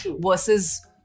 versus